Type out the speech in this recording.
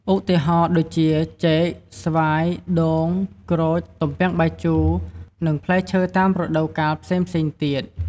ឧទាហរណ៍ដូចជា ចេក ស្វាយ ដូង ក្រូច ទំពាំងបាយជូរ និងផ្លែឈើតាមរដូវកាលផ្សេងៗទៀត។